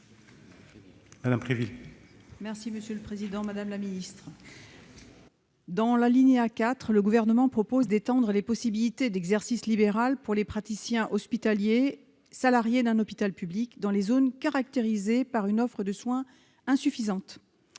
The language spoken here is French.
Mme Préville, est ainsi libellé : La parole est à Mme Angèle Préville. À l'alinéa 4, le Gouvernement propose d'étendre les possibilités d'exercice libéral pour les praticiens hospitaliers salariés d'un hôpital public, dans les zones caractérisées par une offre de soins insuffisante.